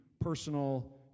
personal